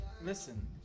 Listen